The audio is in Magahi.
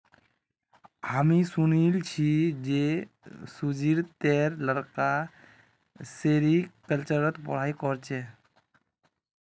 हामी सुनिल छि जे सुजीतेर लड़का सेरीकल्चरेर पढ़ाई कर छेक